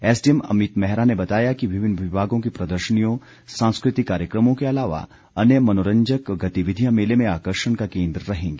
SDM Amit Mehra ने बताया कि विभिन्न विभागों की प्रदर्शनियों सांस्कृतिक कार्यक्रमों के अलावा अन्य मनोरंजक गतिविधियां मेले में आकर्षण का केन्द्र रहेंगी